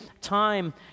time